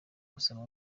gusoma